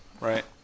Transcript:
right